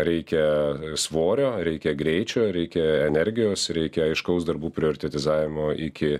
reikia svorio reikia greičio reikia energijos reikia aiškaus darbų prioritetizavimo iki